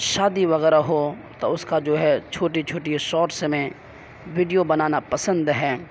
شادی وغیرہ ہو تو اس کا جو ہے چھوٹی چھوٹی شاٹس میں ویڈیو بنانا پسند ہے